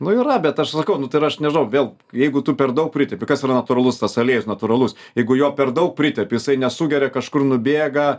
nu yra bet aš sakau nu tai ir aš nežinau vėl jeigu tu per daug pritepi kas yra natūralus tas aliejus natūralus jeigu jo per daug pritepi jisai nesugeria kažkur nubėga